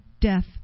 death